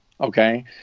okay